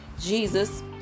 jesus